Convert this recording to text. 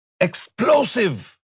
explosive